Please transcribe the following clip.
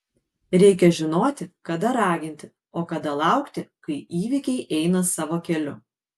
reikia žinoti kada raginti o kada laukti kai įvykiai eina savo keliu